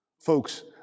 Folks